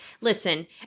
Listen